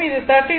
இது 13